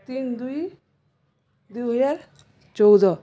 ତିନ ଦୁଇ ଦୁଇହଜାର ଚଉଦ